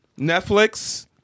Netflix